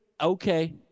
okay